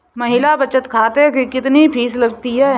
महिला बचत खाते की कितनी फीस लगती है?